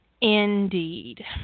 Indeed